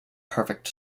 perfect